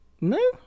No